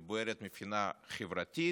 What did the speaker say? היא בוערת מבחינה חברתית,